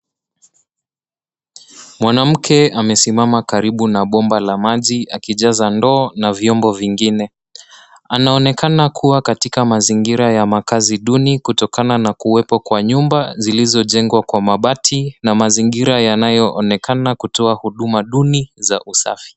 Mwanamke amesimama karibu na bomba la maji akijaza ndoo na vyombo vingine. Anaonekana kuwa katika mazingira ya makaazi duni kutokana na kuwepo kwa nyumba zilizojengwa kwa mabati namazingira yanayoonekana kutoa huduma duni za usafi.